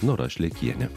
nora šleikienė